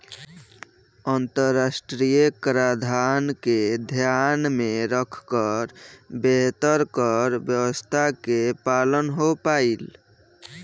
अंतरराष्ट्रीय कराधान के ध्यान में रखकर बेहतर कर व्यावस्था के पालन हो पाईल